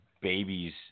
babies